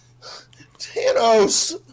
Thanos